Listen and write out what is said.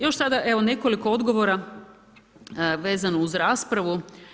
Još sada nekoliko odgovora vezano uz raspravu.